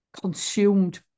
consumed